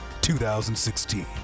2016